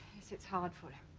it's it's hard for him.